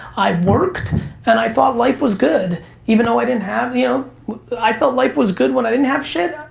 i worked and i thought life was good even though i didn't have, yeah um i felt life was good when i didn't have shit.